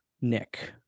Nick